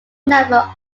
number